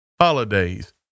holidays